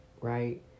right